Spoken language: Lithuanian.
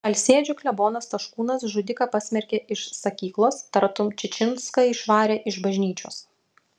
alsėdžių klebonas taškūnas žudiką pasmerkė iš sakyklos tartum čičinską išvarė iš bažnyčios